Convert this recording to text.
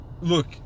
look